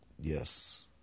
Yes